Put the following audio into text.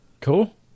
cool